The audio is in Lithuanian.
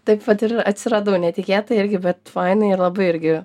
taip vat ir atsiradau netikėtai irgi bet fainai labai irgi